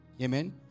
Amen